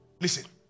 Listen